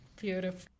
beautiful